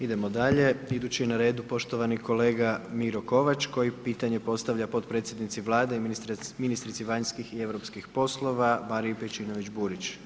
Idemo dalje, idući na redu poštovani kolega Miro Kovač koji pitanje postavlja potpredsjednici Vlade i ministrici vanjskih i europskih poslova Mariji Pejčinović-Burić.